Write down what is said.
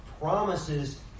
promises